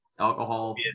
alcohol